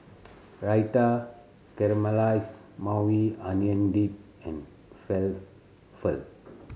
Raita Caramelized Maui Onion Dip and Falafel